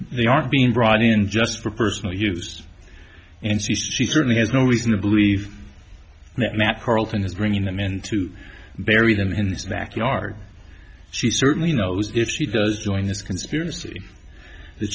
they aren't being brought in just for personal use and she certainly has no reason to believe that carlton is bringing them into bury them in the backyard she certainly knows if she does doing this conspiracy that